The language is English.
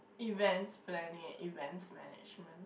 events planning and events management